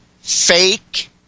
fake